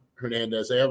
Hernandez